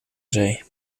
zee